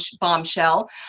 bombshell